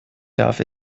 darf